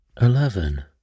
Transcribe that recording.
eleven